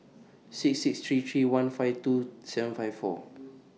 six six three three one five two seven five four